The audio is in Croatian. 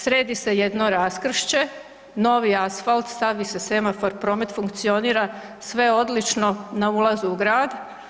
Sredi se jedno raskršće, novi asfalt, stavi se semafor, promet funkcionira, sve odlično na ulazu u grad.